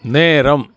நேரம்